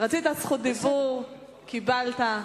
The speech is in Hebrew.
רצית רשות דיבור, קיבלת.